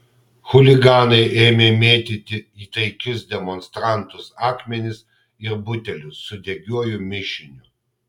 chuliganai ėmė mėtyti į taikius demonstrantus akmenis ir butelius su degiuoju mišiniu